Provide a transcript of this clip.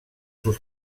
sus